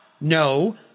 No